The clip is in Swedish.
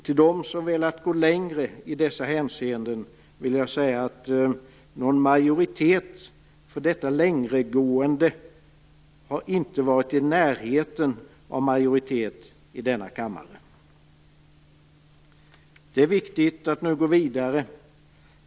Till dem som velat gå längre i dessa hänseenden vill jag säga att någon majoritet för detta "längregående" inte har varit i närheten av majoritet i denna kammare. Det är viktigt att nu gå vidare.